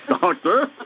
Doctor